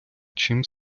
чим